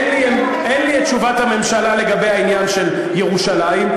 אין לי תשובת הממשלה לגבי העניין של ירושלים.